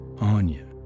Anya